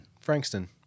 Frankston